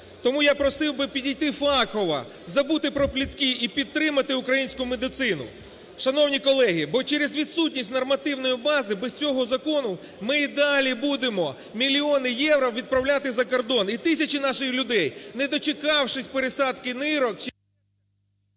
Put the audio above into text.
Тому я просив би підійти фахово. Забути про плітки і підтримати українську медицину. Шановні колеги, бо через відсутність нормативної бази, без цього закону, ми і далі будемо мільйони євро відправляти за кордон. І тисячі наших людей, не дочекавшись пересадки нирок чи…